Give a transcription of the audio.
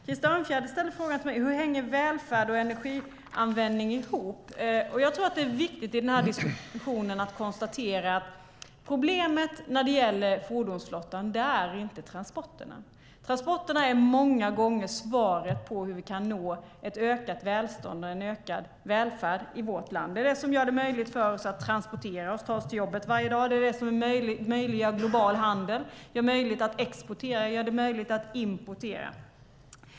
Krister Örnfjäder ställer frågan till mig hur välfärd och energianvändning hänger ihop. Det är viktigt i den här diskussionen att konstatera att problemet när det gäller fordonsflottan inte är transporterna. Transporterna är många gånger svaret på hur vi kan nå ett ökat välstånd och en ökad välfärd i vårt land. Det är de som gör det möjligt för oss att transportera oss, att ta oss till jobbet varje dag. Det är det som möjliggör global handel, gör det möjligt att exportera och att importera.